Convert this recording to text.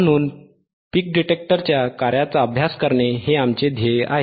म्हणून पीक डिटेक्टरच्या कार्याचा अभ्यास करणे हे आमचे ध्येय आहे